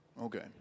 Okay